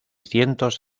cientos